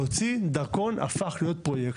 להוציא דרכון הפך להיות פרויקט.